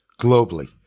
globally